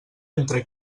entre